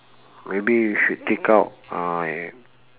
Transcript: maybe you should take out uh and